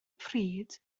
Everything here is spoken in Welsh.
pryd